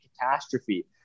catastrophe